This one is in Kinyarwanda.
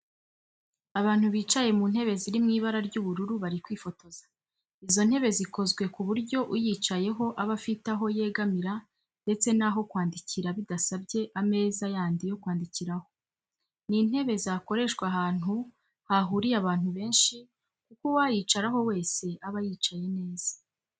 Abantu bicaye mu ntebe ziri mu ibara ry'ubururu bari kwifotoza, izo ntebe zikozwe ku buryo uyicayeho aba afite aho yegamira ndetse n'aho kwandikira bidasabye ameza yandi yo kwandikiraho. Ni intebe zakoreshwa ahantu hahuriye abantu benshi kuko uwayicaraho wese yaba yicaye neza.